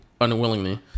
unwillingly